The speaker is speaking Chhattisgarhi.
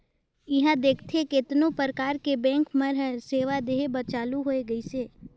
इहां देखथे केतनो परकार के बेंक मन हर सेवा देहे बर चालु होय गइसे